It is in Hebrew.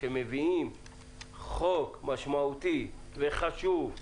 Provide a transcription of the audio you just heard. כשמביאים חוק משמעותי וחשוב,